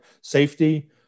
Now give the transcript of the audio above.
Safety